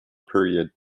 period